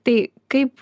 tai kaip